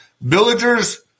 Villagers